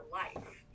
life